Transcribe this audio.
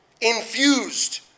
infused